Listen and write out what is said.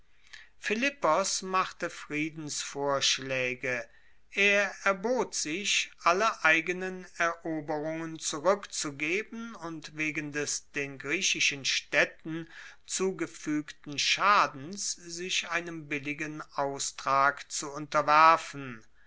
philippos machte friedensvorschlaege er erbot sich alle eigenen eroberungen zurueckzugeben und wegen des den griechischen staedten zugefuegten schadens sich einem billigen austrag zu unterwerfen